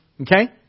Okay